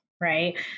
right